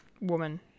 woman